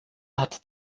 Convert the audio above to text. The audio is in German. hat